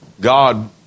God